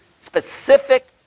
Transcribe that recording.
specific